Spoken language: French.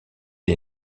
des